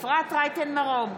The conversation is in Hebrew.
אפרת רייטן מרום,